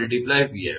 𝑣𝑓 હશે